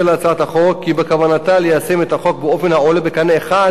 להצעת החוק כי בכוונתה ליישם את החוק באופן העולה בקנה אחד